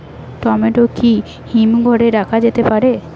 Tomato কি হিমঘর এ রাখা যেতে পারে?